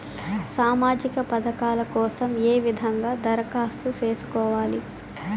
సామాజిక పథకాల కోసం ఏ విధంగా దరఖాస్తు సేసుకోవాలి